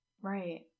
Right